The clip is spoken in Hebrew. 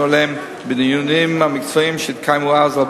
אליהן בדיונים המקצועיים שהתקיימו אז.